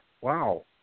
Wow